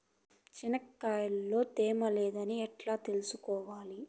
చెనక్కాయ లో తేమ లేదని ఎట్లా తెలుసుకోవాలి?